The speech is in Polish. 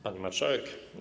Pani Marszałek!